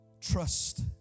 Trust